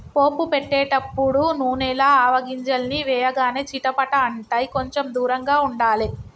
పోపు పెట్టేటపుడు నూనెల ఆవగింజల్ని వేయగానే చిటపట అంటాయ్, కొంచెం దూరంగా ఉండాలే